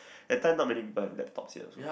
that time not many people have laptops yet also